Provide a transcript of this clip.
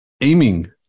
aiming